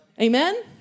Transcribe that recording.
Amen